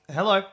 Hello